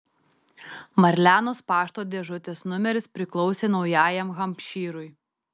marlenos pašto dėžutės numeris priklausė naujajam hampšyrui